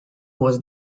was